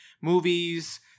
movies